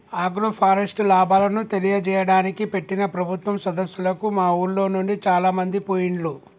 agroforest లాభాలను తెలియజేయడానికి పెట్టిన ప్రభుత్వం సదస్సులకు మా ఉర్లోనుండి చాలామంది పోయిండ్లు